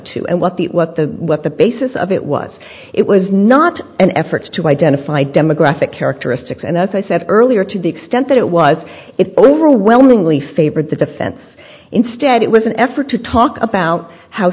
to and what the what the what the basis of it was it was not an effort to identify demographic characteristics and as i said earlier to the extent that it was it overwhelmingly favored the defense instead it was an effort to talk about ho